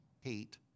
hate